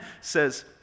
says